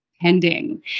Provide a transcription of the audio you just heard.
pending